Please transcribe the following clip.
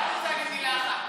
אני רק רוצה להגיד מילה אחת.